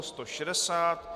160.